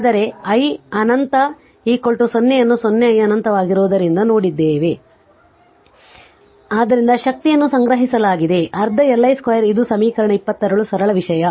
ಆದರೆ i ಅನಂತ 0 ಅನ್ನು 0 i ಅನಂತವಾಗಿರುವುದರಿಂದ ನೋಡಿದ್ದೇನೆ ಆದ್ದರಿಂದ ಶಕ್ತಿಯನ್ನು ಸಂಗ್ರಹಿಸಲಾಗಿದೆ ಅರ್ಧ Li 2 ಇದು ಸಮೀಕರಣ 26 ಸರಳ ವಿಷಯ